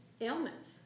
ailments